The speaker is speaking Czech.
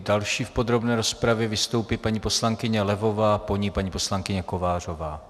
Další v podrobné rozpravě vystoupí paní poslankyně Levová a po ní paní poslankyně Kovářová.